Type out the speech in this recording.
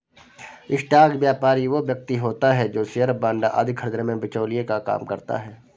stock व्यापारी वो व्यक्ति होता है जो शेयर बांड आदि खरीदने में बिचौलिए का काम करता है